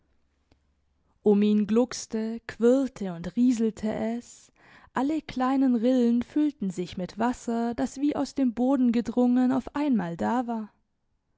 um ihn gluckste quirlte und rieselte es alle kleinen rillen füllten sich mit wasser das wie aus dem boden gedrungen auf einmal da war